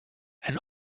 and